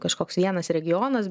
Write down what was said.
kažkoks vienas regionas